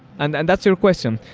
and and that's your question.